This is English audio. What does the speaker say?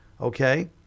okay